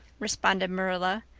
responded marilla.